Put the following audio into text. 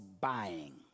buying